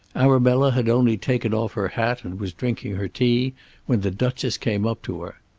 arabella had only taken off her hat and was drinking her tea when the duchess came up to her.